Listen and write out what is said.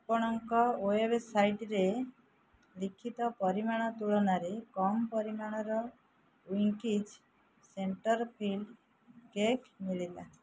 ଆପଣଙ୍କ ୱେବ୍ସାଇଟ୍ରେ ଲିଖିତ ପରିମାଣ ତୁଳନାରେ କମ୍ ପରିମାଣର ୱିଙ୍କିଜ ସେଣ୍ଟର୍ ଫିଲ୍ଡ଼ କେକ୍ ମିଳିଲା